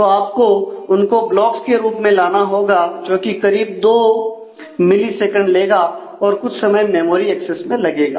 तो आपको उनको ब्लॉक्स के रूप में लाना होगा जोकि करीब 2 मिली सेकंड लेगा और कुछ समय मेमोरी एक्सेस में लगेगा